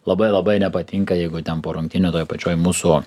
labai labai nepatinka jeigu ten po rungtynių toj pačioj mūsų